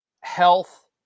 health